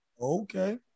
Okay